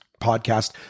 podcast